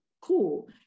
cool